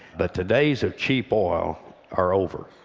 but the days of cheap oil are over.